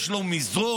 לדין.